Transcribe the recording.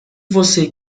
você